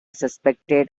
suspected